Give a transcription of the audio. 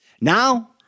Now